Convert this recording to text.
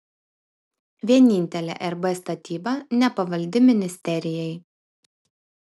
vienintelė rb statyba nepavaldi ministerijai